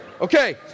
Okay